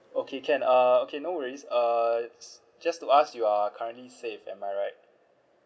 okay can uh okay no worries uh just to ask you are currently safe am I right